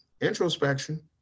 introspection